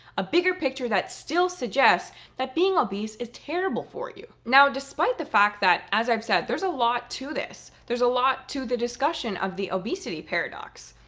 a bigger picture that still suggests that being obese is terrible for you. now, despite the fact that, as i've said, there's a lot to this. there's a lot to the discussion of the obesity paradox.